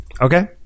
okay